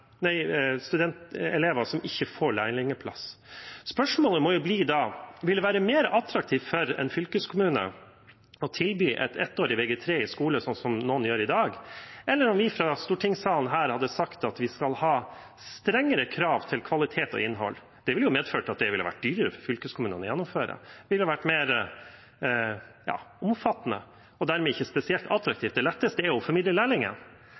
mer attraktivt for en fylkeskommune å tilby ettårig Vg3 i skole, som noen gjør i dag, eller om vi fra stortingssalen her hadde sagt at vi skal ha strengere krav til kvalitet og innhold? Det ville jo medført at det ville ha vært dyrere for fylkeskommunene å gjennomføre. Det ville vært mer omfattende og dermed ikke spesielt attraktivt. Det letteste er å formidle lærlingen.